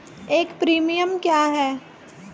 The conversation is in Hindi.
एक प्रीमियम क्या है?